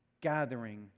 gathering